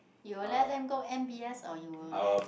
you will let them go m_b_s or you will let